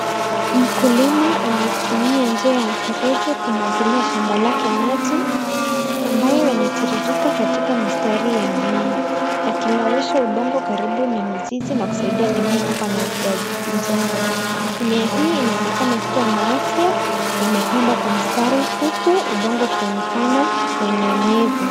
Mkulima ametumia njia ya mfereji kumwagilia shamba lake maji ambayo yanatiririka katika mistari ya mimea yakilowesha udongo karibu na mizizi na kusaidia mimea kukuwa na afya njema mimea hii inaonekana kuwa na afya na imepandwa kwa mistari huku udongo ukionekana wenye unyevu.